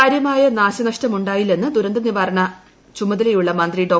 കാര്യമായ നാശനഷ്ടമുണ്ടായില്ലെന്ന് ദുരന്തനിവാരണ ചുമതലയുള്ള മന്ത്രി ഡോ